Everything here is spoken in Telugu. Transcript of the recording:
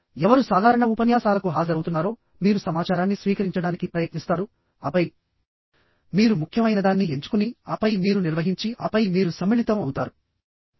ఎవరు సాధారణ ఉపన్యాసాలకు హాజరవుతున్నారో మీరు సమాచారాన్ని స్వీకరించడానికి ప్రయత్నిస్తారు ఆపై మీరు ముఖ్యమైనదాన్ని ఎంచుకుని ఆపై మీరు నిర్వహించి ఆపై మీరు సమ్మిళితం అవుతారు